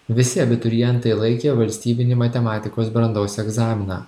visi abiturientai laikė valstybinį matematikos brandos egzaminą